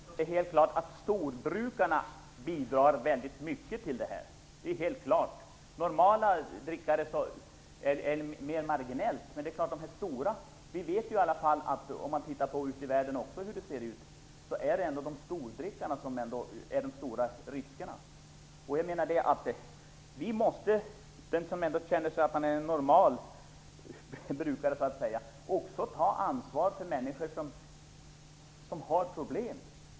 Herr talman! Det är helt klart att storbrukarna bidrar väldigt mycket till totalkonsumtionen. För normaldrickare blir det mer marginellt. Vi vet, även utifrån hur det ser ut ute i världen, att det är hos stordrickarna vi hittar de största riskerna. Även de som anser sig vara "normala" brukare måste ta ansvar för människor som har problem.